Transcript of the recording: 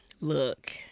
look